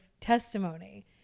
testimony